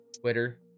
Twitter